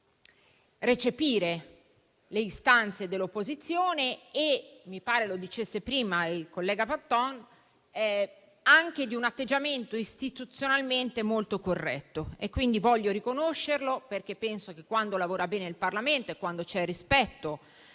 di recepire le istanze dell'opposizione e, come mi pare dicesse prima il collega Patton, anche un atteggiamento istituzionalmente molto corretto. Voglio riconoscerlo, perché penso che, quando lavora bene il Parlamento e quando c'è rispetto